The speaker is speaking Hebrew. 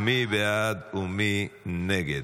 מי בעד ומי נגד?